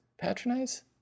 Patronize